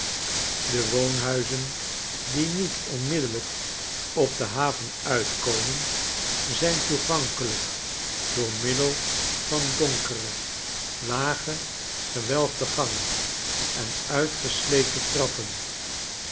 de woonhuizen die niet onmiddellijk op de haven uitkomen zijn toegankehjk door middel van donkere lage gewelfde gangen en uitgesleten trappen